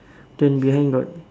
then behind got